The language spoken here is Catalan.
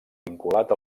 vinculat